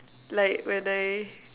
like when I